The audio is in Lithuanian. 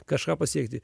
kažką pasiekti